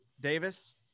Davis